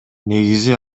негизи